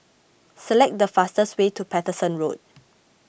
select the fastest way to Paterson Road